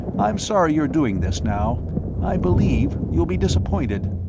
i'm sorry you're doing this, now i believe you'll be disappointed.